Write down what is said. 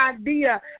idea